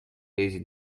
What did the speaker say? deze